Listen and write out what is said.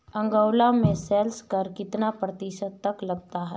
Angola में sales कर कितना प्रतिशत तक लगता है?